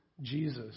Jesus